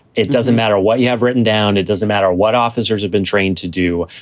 it doesn't matter what you have written down. it doesn't matter what officers have been trained to do.